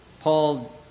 Paul